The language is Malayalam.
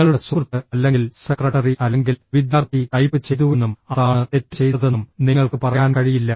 നിങ്ങളുടെ സുഹൃത്ത് അല്ലെങ്കിൽ സെക്രട്ടറി അല്ലെങ്കിൽ വിദ്യാർത്ഥി ടൈപ്പ് ചെയ്തുവെന്നും അതാണ് തെറ്റ് ചെയ്തതെന്നും നിങ്ങൾക്ക് പറയാൻ കഴിയില്ല